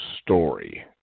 story